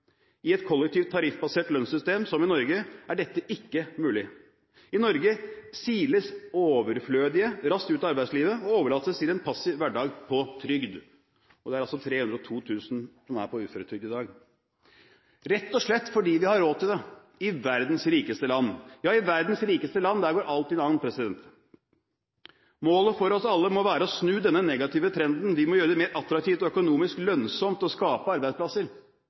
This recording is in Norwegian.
I et kollektivt tariffbasert lønnssystem som i Norge er dette ikke mulig. I Norge siles «overflødige» raskt ut av arbeidslivet og overlates til en passiv hverdag på trygd – og det er altså 302 000 som er på uføretrygd i dag – rett og slett fordi vi har råd til det, i verdens rikeste land. I verdens rikeste land, der går allting an! Målet for oss alle må være å snu denne negative trenden. Vi må gjøre det mer attraktivt og økonomisk lønnsomt å skape arbeidsplasser.